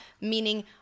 meaning